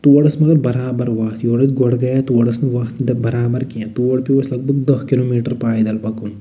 تور ٲس مگر برابر وَتھ یور أسۍ گۄڈٕ گٔیاے تور ٲس نہٕ وتھ برابر کیٚنٛہہ تور پٮ۪و اَسہِ لگ بگ دَہ کِلوٗ میٖٹر پیدل پَکُن